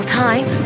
time